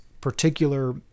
particular